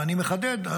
ואני מחדד,